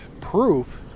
proof